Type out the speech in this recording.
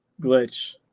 glitch